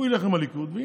לעבור את אחוז החסימה, זה